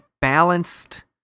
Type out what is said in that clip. balanced